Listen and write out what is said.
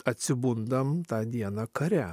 atsibundam tą dieną kare